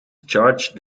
charged